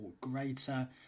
greater